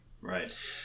Right